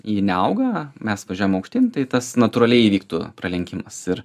ji neauga mes važiuojam aukštyn tai tas natūraliai įvyktų pralenkimas ir